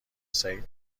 سعید